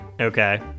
Okay